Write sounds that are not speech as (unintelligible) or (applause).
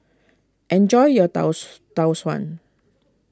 enjoy your Tau (unintelligible) Tau Suan